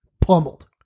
Pummeled